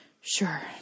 Sure